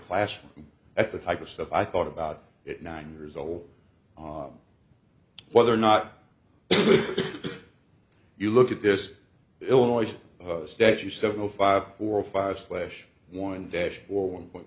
classroom at the type of stuff i thought about it nine years old on whether or not you look at this illinois statue seven o five or five slash one dash for one point